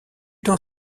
dans